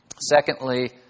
Secondly